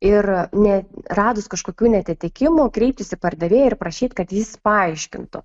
ir ne radus kažkokių neatitikimų kreiptis į pardavėją ir prašyt kad jis paaiškintų